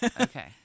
Okay